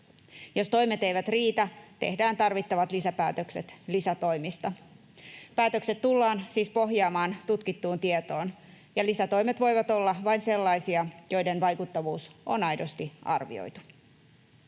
Jos toimet eivät riitä, tehdään tarvittavat lisäpäätökset lisätoimista. Päätökset tullaan siis pohjaamaan tutkittuun tietoon, ja lisätoimet voivat olla vain sellaisia, joiden vaikuttavuus on aidosti arvioitu.